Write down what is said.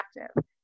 active